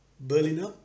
Berliner